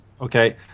okay